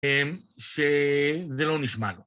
זה לא נשמע לו.